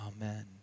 Amen